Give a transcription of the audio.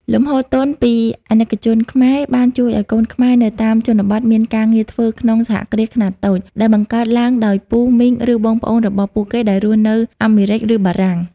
លំហូរទុនពីអាណិកជនខ្មែរ បានជួយឱ្យកូនខ្មែរនៅតាមជនបទមានការងារធ្វើក្នុង "សហគ្រាសខ្នាតតូច" ដែលបង្កើតឡើងដោយពូ មីង ឬបងប្អូនរបស់ពួកគេដែលរស់នៅអាមេរិក ឬបារាំង។